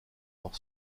leur